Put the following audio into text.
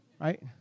Right